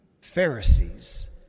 Pharisees